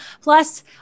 Plus